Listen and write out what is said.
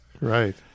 Right